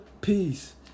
Peace